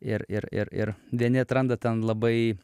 ir ir ir ir vieni atranda ten labai